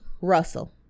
Russell